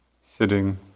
Sitting